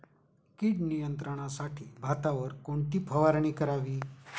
कीड नियंत्रणासाठी भातावर कोणती फवारणी करावी?